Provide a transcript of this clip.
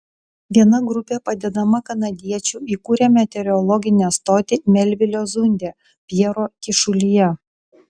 viena grupė padedama kanadiečių įkūrė meteorologinę stotį melvilio zunde pjero kyšulyje